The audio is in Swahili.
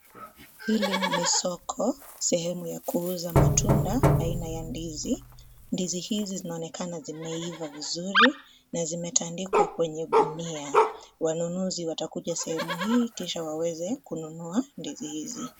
Hili ni soko, sehemu ya kuuza matunda aina ya ndizi. Ndizi hizi zinaonekana zimeiva vizuri na zimetandikwa kwenye gunia. Wanunuzi watakuja kwenye sehemu hii, kisha waweze kununua ndizi hizi.